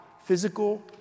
physical